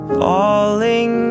falling